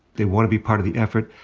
they want to be part of the effort.